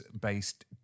based